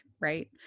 right